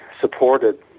supported